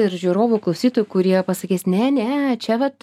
ir žiūrovų klausytojų kurie pasakys ne ne čia vat